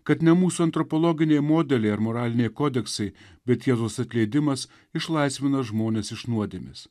kad ne mūsų antropologiniai modeliai ar moraliniai kodeksai bet jėzaus atleidimas išlaisvina žmones iš nuodėmės